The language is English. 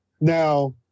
Now